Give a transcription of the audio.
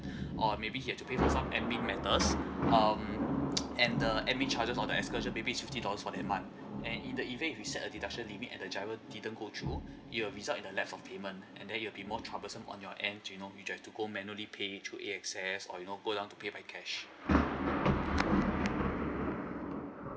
or maybe he has to pay for some admin matters um and the admin charges or the excursion maybe is fifteen dollars for that month and in the event if you set a deduction limit and the giro didn't go through it will result in the left of payment and then it will be more troublesome on you end to you know to go manually pay through A_X_S or you know to go down to pay by cash